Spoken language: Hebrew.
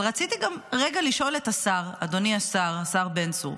אבל רציתי גם רגע לשאול את השר, אדוני השר בן צור.